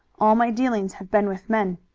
all my dealings have been with men.